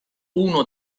uno